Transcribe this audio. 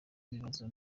ibibazo